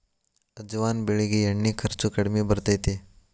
ಅಜವಾನ ಬೆಳಿಗೆ ಎಣ್ಣಿ ಖರ್ಚು ಕಡ್ಮಿ ಬರ್ತೈತಿ